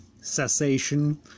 Cessation